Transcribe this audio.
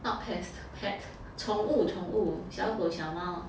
not pests pets 宠物宠物小狗小猫